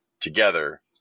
together